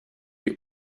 die